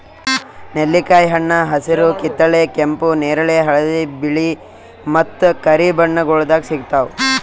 ನೆಲ್ಲಿಕಾಯಿ ಹಣ್ಣ ಹಸಿರು, ಕಿತ್ತಳೆ, ಕೆಂಪು, ನೇರಳೆ, ಹಳದಿ, ಬಿಳೆ ಮತ್ತ ಕರಿ ಬಣ್ಣಗೊಳ್ದಾಗ್ ಸಿಗ್ತಾವ್